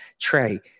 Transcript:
Trey